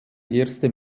erste